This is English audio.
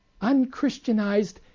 unchristianized